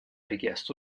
richiesto